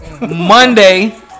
Monday